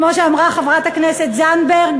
כמו שאמרה חברת הכנסת זנדברג,